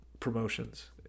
promotions